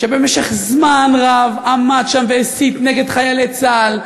שבמשך זמן רב עמד שם והסית נגד חיילי צה"ל,